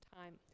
time